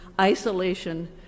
isolation